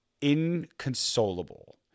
inconsolable